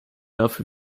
dafür